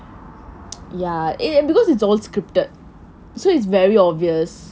ya and because it's all scripted so it's very obvious